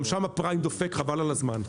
גם שם הפריים דופק חבל על הזמן.